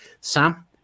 Sam